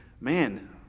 man